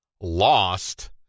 Lost